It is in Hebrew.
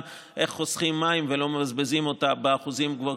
איך חוסכים מים ולא מבזבזים אותם באחוזים גבוהים.